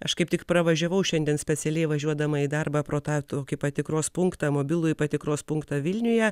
aš kaip tik pravažiavau šiandien specialiai važiuodama į darbą pro tą tokį patikros punktą mobilųjį patikros punktą vilniuje